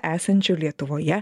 esančių lietuvoje